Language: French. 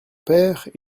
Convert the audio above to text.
père